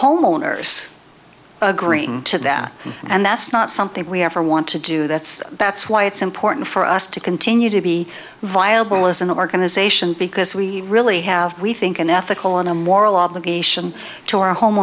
homeowners agreeing to that and that's not something we ever want to do that's that's why it's important for us to continue to be viable as an organization because we really have we think an ethical and a moral obligation to our home